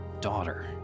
daughter